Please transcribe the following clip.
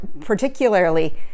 particularly